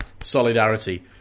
solidarity